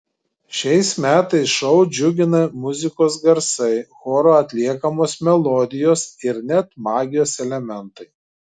šiais metais šou džiugina muzikos garsai choro atliekamos melodijos ir net magijos elementai